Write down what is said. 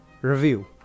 review